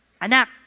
anak